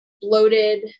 bloated